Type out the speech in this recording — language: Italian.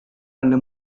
nelle